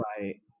Right